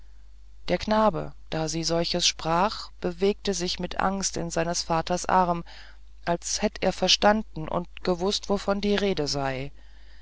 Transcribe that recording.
der knabe da sie solches sprach bewegte sich mit angst in seines vaters arm als hätte er verstanden und gewußt wovon die rede sei